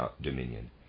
dominion